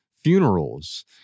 funerals